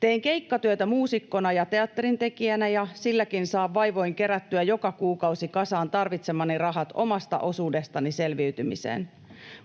Teen keikkatyötä muusikkona ja teatterintekijänä, ja silläkin saan vaivoin kerättyä joka kuukausi kasaan tarvitsemani rahat omasta osuudestani selviytymiseen.